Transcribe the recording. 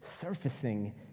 surfacing